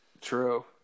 True